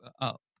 up